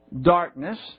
darkness